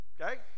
okay